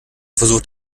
versucht